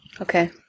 Okay